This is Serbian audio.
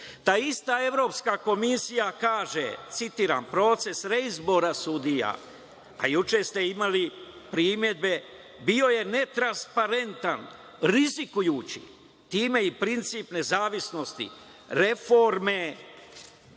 96. ista Evropska komisija kaže, citiram: „Proces reizbora sudija“, a juče ste imali primedbe, „bio je netransparentan, rizikujući time i princip nezavisnosti reforme